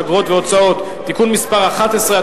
אגרות והוצאות (תיקון מס' 11),